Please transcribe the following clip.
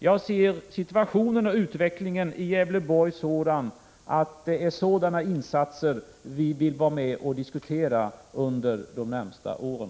Jag ser situationen och utvecklingen i Gävleborgs län så, att det är sådana här insatser vi vill vara med och diskutera under de närmaste åren.